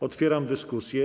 Otwieram dyskusję.